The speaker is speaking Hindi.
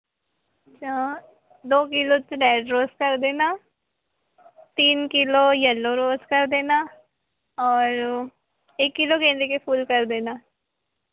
चार दो किलो ताे रेड रोज़ कर देना तीन किलो येलो रोज़ कर देना और एक किलो गेंदे के फूल कर देना